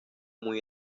muy